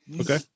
Okay